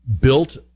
built